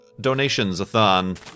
donations-a-thon